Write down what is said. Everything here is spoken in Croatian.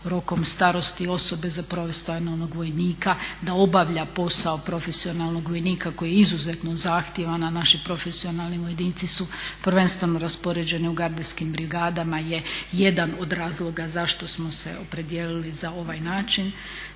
rokom starosti osobe za profesionalnog vojnika da obavlja posao profesionalnog vojnika koji je izuzetno zahtjevan. A naši profesionalni vojnici su prvenstveno raspoređeni u gardijskim brigadama je jedan od razloga zašto smo se opredijelili za ovaj način.